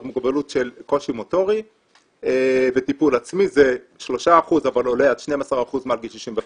מוגבלות של קושי מוטורי וטיפול עצמי זה 3% אבל עולה עד 12% מעל גיל 65,